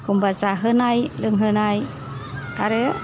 अखमबा जाहोनाय लोंहोनाय आरो